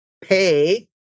pay